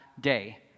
day